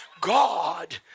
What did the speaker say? God